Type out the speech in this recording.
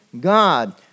God